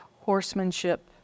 horsemanship